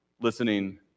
listening